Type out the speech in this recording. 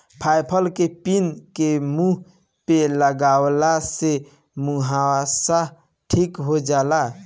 जायफल के पीस के मुह पे लगवला से मुहासा ठीक हो जाला